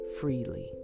freely